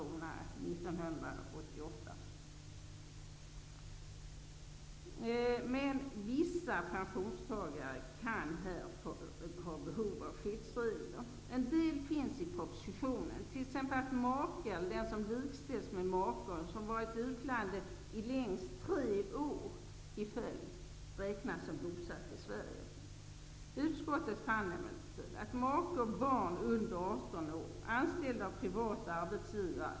Framåt i tiden kan man ju alltid försäkra sig för pensionsrätt.